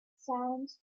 sounds